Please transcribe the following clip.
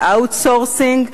ל-outsourcing,